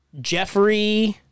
Jeffrey